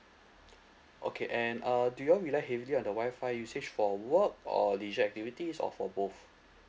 okay and uh do you all rely heavily on the WI-FI usage for work or leisure activities or for both